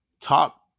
Talk